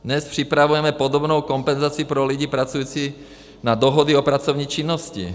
Dnes připravujeme podobnou kompenzaci pro lidi pracující na dohody o pracovní činnosti.